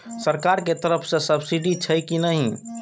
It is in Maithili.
सरकार के तरफ से सब्सीडी छै कि नहिं?